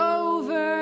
over